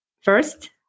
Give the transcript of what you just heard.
First